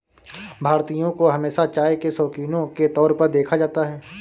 भारतीयों को हमेशा चाय के शौकिनों के तौर पर देखा जाता है